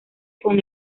con